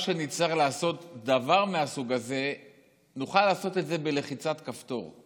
שנצטרך לעשות דבר כזה נוכל לעשות את זה בלחיצת כפתור,